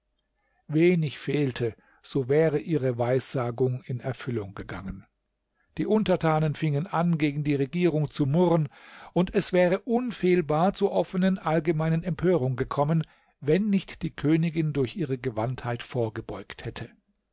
wenig fehlte so wäre ihre weissagung in erfüllung gegangen die untertanen fingen an gegen die regierung zu murren und es wäre unfehlbar zur offenen allgemeinen empörung gekommen wenn nicht die königin durch ihre gewandtheit vorgebeugt hätte